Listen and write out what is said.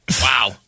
Wow